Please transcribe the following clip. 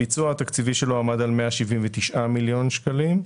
הביצוע התקציבי שלו עמד על 179 מיליון שקלים.